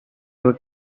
would